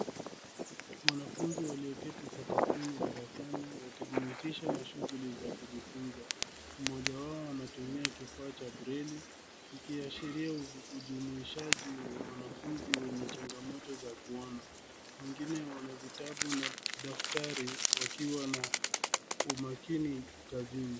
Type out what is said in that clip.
Wanafunzi walioketi sakafuni darasani, wakijihusisha na shuguli za kujifunza, mmoja wao anatumia kifaa cha breili ikiashiria ujumuishaji wa wanafunzi wenye chungamoto za kuona. Wangine wanavitabu na daftari wakiwa na umakini kazini.